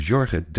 Jorge